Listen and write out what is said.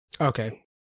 Okay